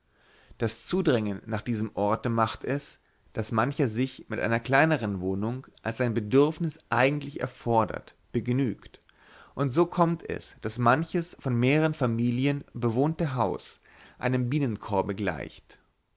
das zudrängen nach diesem orte macht es daß mancher sich mit einer kleineren wohnung als sein bedürfnis eigentlich erfordert begnügt und so kommt es daß manches von mehreren familien bewohnte haus einem bienenkorbe gleicht